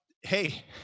Hey